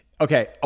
Okay